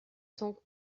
cent